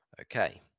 Okay